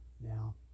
Now